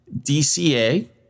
DCA